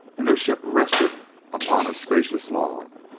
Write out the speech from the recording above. and their ship rested upon a spacious lawn.